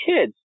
kids